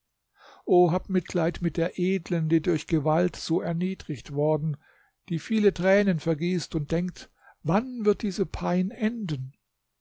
o habt mitleid mit der edlen die durch gewalt so erniedrigt worden die viele tränen vergießt und denkt wann wird diese pein enden